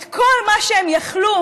את כל מה שהם יכלו,